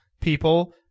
people